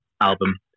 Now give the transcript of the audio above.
album